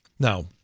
Now